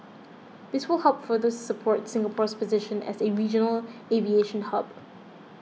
this will help further support Singapore's position as a regional aviation hub